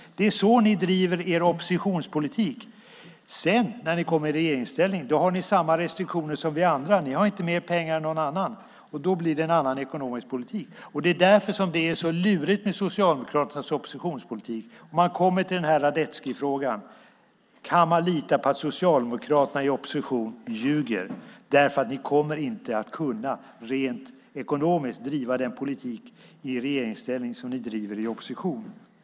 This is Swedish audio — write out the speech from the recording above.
Det är så ni driver er oppositionspolitik. När ni sedan kommer i regeringsställning har ni samma restriktioner som vi andra. Ni har inte mer pengar än någon annan, och då blir det en annan ekonomisk politik. Det är därför som det är så lurigt med Socialdemokraternas oppositionspolitik, och man kommer till Radetzkifrågan: Kan man lita på att Socialdemokraterna i opposition ljuger? Ni kommer inte att kunna rent ekonomiskt driva den politik i regeringsställning som ni driver i opposition.